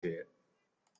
大学